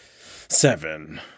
seven